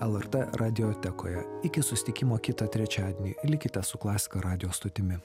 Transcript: lrt radiotekoje iki susitikimo kitą trečiadienį likite su klasika radijo stotimi